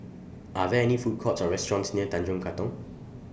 Are There any Food Courts Or restaurants near Tanjong Katong